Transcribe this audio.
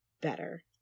better